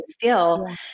feel